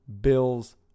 Bills